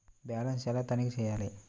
Balance ఎలా తనిఖీ చేయాలి?